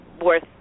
worth